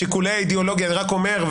שיקולי אידיאולוגיה אני רק אומר,